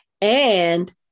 And-